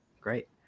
great